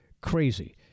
crazy